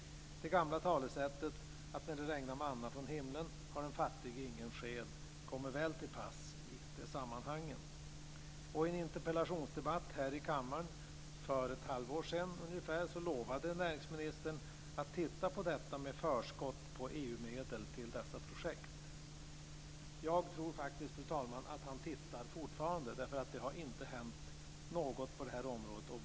Det gamla talesättet, "När det regnar manna från himlen har den fattige ingen sked", kommer väl till pass i det sammanhanget. I en interpellationsdebatt här i kammaren för ungefär ett halvår sedan lovade näringsministern att titta på frågan om förskott på EU-medel till dessa projekt. Jag tror faktiskt, fru talman, att han fortfarande tittar, därför att det har inte hänt något på detta område.